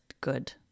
good